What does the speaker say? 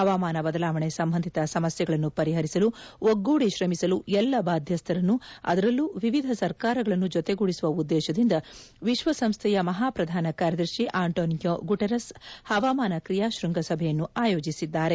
ಹವಾಮಾನ ಬದಲಾವಣೆ ಸಂಬಂಧಿತ ಸಮಸ್ಯೆಗಳನ್ನು ಪರಿಹರಿಸಲು ಒಗ್ಗೂಡಿ ಶ್ರಮಿಸಲು ಎಲ್ಲ ಬಾಧ್ಯಸ್ದರನ್ನೂ ಅದರಲ್ಲೂ ವಿವಿಧ ಸರ್ಕಾರಗಳನ್ನು ಜೊತೆಗೂದಿಸುವ ಉದ್ದೇಶದಿಂದ ವಿಶ್ವಸಂಸ್ಥೆಯ ಮಹಾ ಪ್ರಧಾನಕಾರ್ಯದರ್ಶಿ ಆಂಟೋನಿಯೋ ಗುಟೆರೆಸ್ ಹವಾಮಾನ ಕ್ರಿಯಾ ಶೃಂಗಸಭೆಯನ್ನು ಆಯೋಜಿಸಿದ್ದಾರೆ